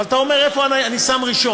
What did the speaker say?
אבל אתה אומר, איפה אני שם ראשון,